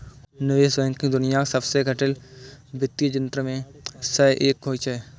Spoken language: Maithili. निवेश बैंकिंग दुनियाक सबसं जटिल वित्तीय तंत्र मे सं एक होइ छै